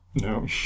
No